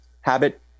habit